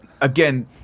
Again